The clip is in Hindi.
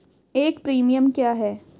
एक प्रीमियम क्या है?